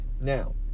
now